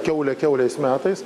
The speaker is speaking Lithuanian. kiaulę kiaulės metais